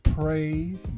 Praise